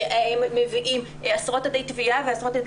כשמביאים עשרות עדי תביעה ועשרות עדי